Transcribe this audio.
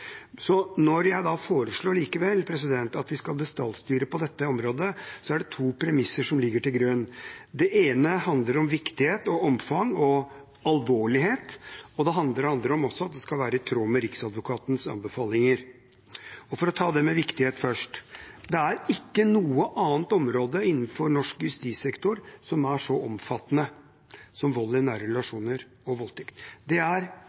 Når jeg da likevel foreslår at vi skal detaljstyre på dette området, er det to premisser som ligger til grunn. Det ene handler om viktighet, omfang og alvorlighet, det andre handler om at det skal være i tråd med Riksadvokatens anbefalinger. For å ta det med viktighet først. Det er ikke noe annet område innenfor norsk justissektor som er så omfattende som vold i nære relasjoner og voldtekt. Det er til de grader den største kriminaliteten vi har i Norge i dag. Det er